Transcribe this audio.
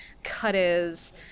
cutters